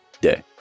day